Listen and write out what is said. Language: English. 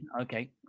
Okay